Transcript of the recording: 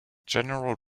general